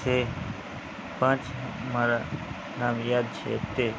જે પાંચ મારાં નામ યાદ છે તે